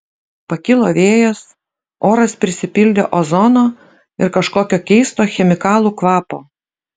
pakilo vėjas oras prisipildė ozono ir kažkokio keisto chemikalų kvapo